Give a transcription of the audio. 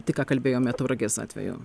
tik ką kalbėjome tauragės atveju